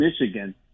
Michigan